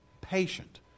patient